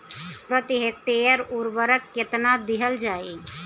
प्रति हेक्टेयर उर्वरक केतना दिहल जाई?